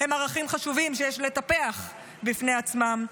הם ערכים חשובים שיש לטפח בפני עצמם,